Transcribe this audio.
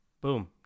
boom